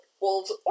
wolves